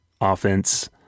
offense